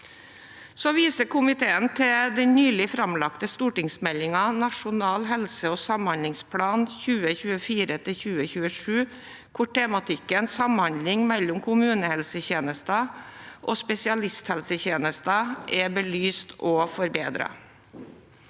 Komiteen viser til den nylig framlagte stortingsmeldingen, Nasjonal helse- og samhandlingsplan 2024– 2027, hvor tematikken samhandling mellom kommunehelsetjenesten og spesialisthelsetjenesten er belyst og forbedret.